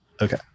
Okay